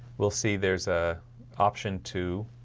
we'll see there's a option to